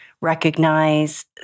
recognize